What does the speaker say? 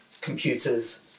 computers